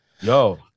Yo